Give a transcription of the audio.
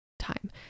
time